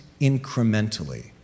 incrementally